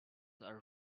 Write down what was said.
are